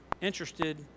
interested